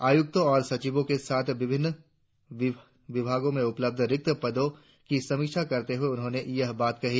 आयुक्तों और सचिवों के साथ विभिन्न विभागों में उपलब्ध रिक्त पदों की समीक्षा करते हुए उन्होंने यह बात कही